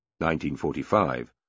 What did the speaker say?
1945